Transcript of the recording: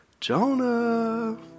Jonah